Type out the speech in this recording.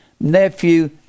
nephew